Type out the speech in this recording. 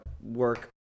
work